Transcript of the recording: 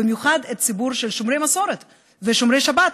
ובמיוחד את הציבור של שומרי המסורת ושומרי שבת,